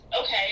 okay